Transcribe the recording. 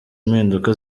mpinduka